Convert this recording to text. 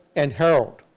and herold.